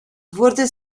wurde